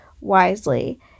wisely